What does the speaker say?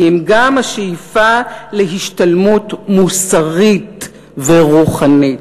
כי אם גם השאיפה להשתלמות מוסרית ורוחנית".